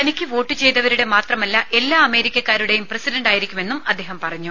തനിക്ക് വോട്ട് ചെയ്തവരുടെ മാത്രമല്ല എല്ലാ അമേരിക്കക്കാരുടേയും പ്രസിഡന്റായിരിക്കുമെന്നും അദ്ദേഹം പറഞ്ഞു